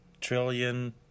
trillion